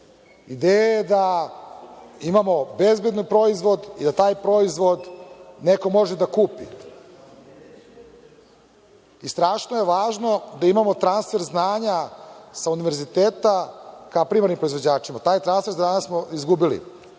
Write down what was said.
Ideja je da imamo bezbedan proizvod i da taj proizvod neko može da kupi. Strašno je važno da imamo transfer znanja sa univerziteta ka primarnim proizvođačima. Taj transfer znanja smo izgubili.